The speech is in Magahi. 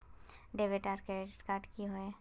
डेबिट आर क्रेडिट कार्ड की होय?